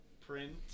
print